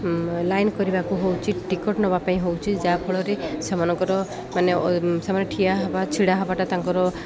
line କରିବାକୁ ହେଉଛି ticket ନେବା ପାଇଁ ହେଉଛି ଯାହାଫଳରେ ସେମାନଙ୍କର ମାନେ ସେମାନେ ଠିଆ ହେବା ଛିଡ଼ା ହେବାଟା ତାଙ୍କର